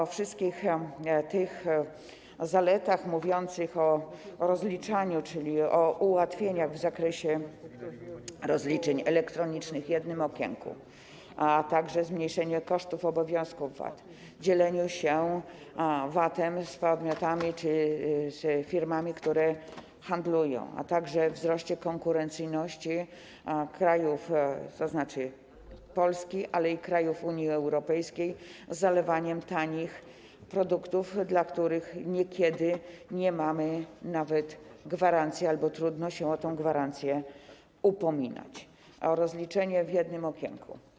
O wszystkich tych zaletach: o rozliczaniu, czyli o ułatwieniach w zakresie rozliczeń elektronicznych w jednym okienku, a także o zmniejszeniu kosztów obowiązku VAT, dzieleniu się VAT-em z podmiotami czy z firmami, które handlują, a także o wzroście konkurencyjności krajów, tzn. Polski, ale i krajów Unii Europejskiej przy zalewie tanimi produktami, dla których niekiedy nie mamy nawet gwarancji albo trudno się o tę gwarancję upominać, o rozliczenie w jednym okienku.